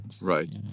Right